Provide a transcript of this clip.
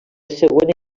següent